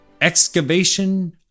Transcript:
Excavation